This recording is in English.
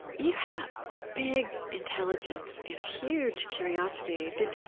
you have a big intelligence and a huge curiosity. did i